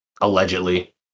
allegedly